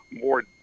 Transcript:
more